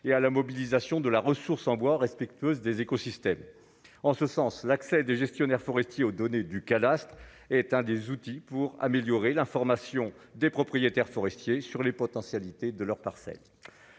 et à la mobilisation de la ressource en bois respectueuse des écosystèmes en ce sens l'accès de gestionnaires forestiers aux données du cadastre est un des outils pour améliorer l'information des propriétaires forestiers sur les potentialités de leurs parcelles.